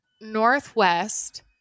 northwest